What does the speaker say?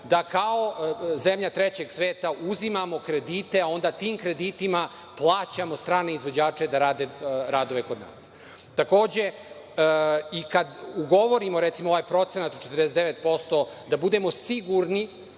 da kao zemlja trećeg sveta uzimamo kredite, a onda tim kreditima plaćamo strane izvođače da rade radove kod nas. Takođe, kada ugovorimo ovaj procenat od 49% da budemo sigurni